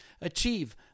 achieve